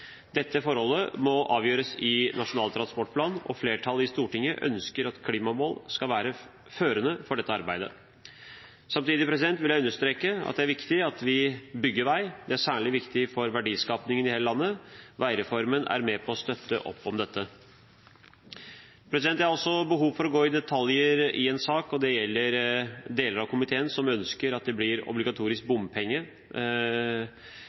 Dette forholdet må avgjøres i Nasjonal transportplan, og flertallet i Stortinget ønsker at klimamål skal være førende for dette arbeidet. Samtidig vil jeg understreke at det er viktig at vi bygger vei. Det er særlig viktig for verdiskapingen i hele landet. Veireformen er med på å støtte opp om dette. Jeg har også behov for å gå i detaljer i en sak, og det gjelder det at deler av komiteen ønsker at det blir obligatorisk